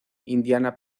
indiana